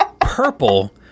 purple